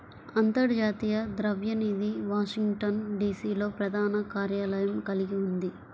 అంతర్జాతీయ ద్రవ్య నిధి వాషింగ్టన్, డి.సి.లో ప్రధాన కార్యాలయం కలిగి ఉంది